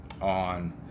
on